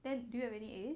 then do you have any A